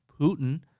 Putin